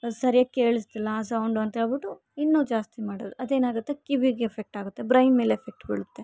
ಸರಿಯಾಗಿ ಕೇಳಿಸ್ತಿಲ್ಲ ಸೌಂಡು ಅಂಥೇಳ್ಬಿಟ್ಟು ಇನ್ನು ಜಾಸ್ತಿ ಮಾಡೋರು ಅದೇನಾಗುತ್ತೆ ಕಿವಿಗೆ ಎಫೆಕ್ಟಾಗತ್ತೆ ಬ್ರೈನ್ ಮೇಲೆ ಎಫೆಕ್ಟ್ ಬೀಳುತ್ತೆ